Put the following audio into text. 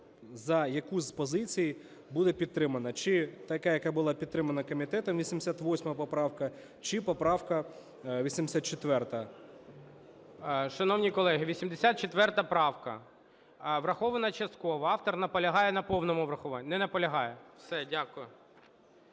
за яку з позицій буде підтримана – чи така, яка була підтримана комітетом, 88 поправка, чи поправка 84. ГОЛОВУЮЧИЙ. Шановні колеги, 84 правка врахована частково, автор наполягає на повному врахуванні. Не наполягає, все. Дякую.